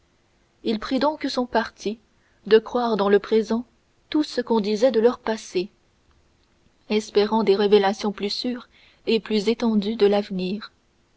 il prit donc son parti de croire dans le présent tout ce qu'on disait de leur passé espérant des révélations plus sûres et plus étendues de l'avenir